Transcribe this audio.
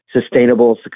sustainable